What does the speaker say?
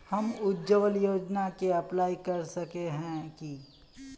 हम उज्वल योजना के अप्लाई कर सके है की?